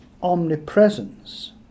omnipresence